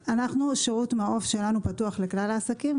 שירות מעוף שלנו פתוח לכלל העסקים,